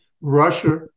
Russia